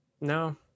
No